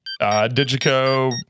Digico